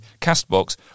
Castbox